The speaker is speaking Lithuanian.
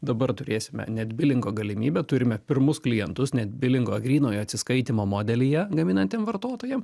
dabar turėsime net bilingo galimybę turime pirmus klientus net bilingo grynojo atsiskaitymo modelyje gaminantiem vartotojam